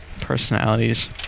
personalities